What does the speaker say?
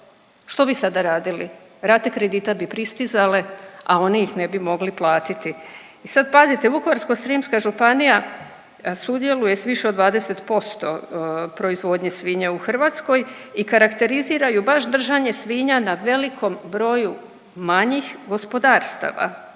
Što bi sada radili? Rate kredita bi pristizale, a oni ih ne bi mogli platiti. I sad pazite Vukovarsko-srijemska županija sudjeluje s više od 20% proizvodnje svinja u Hrvatskoj i karakterizira ju baš držanje svinja na velikom broju manjih gospodarstava,